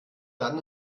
dann